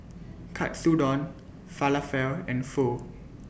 Katsudon Falafel and Pho